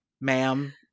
ma'am